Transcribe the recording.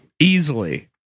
Easily